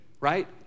Right